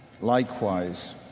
likewise